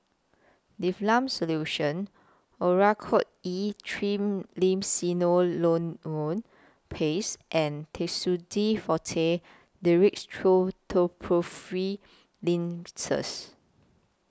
Difflam Solution Oracort E Triamcinolone Paste and Tussidex Forte Dextromethorphan Linctus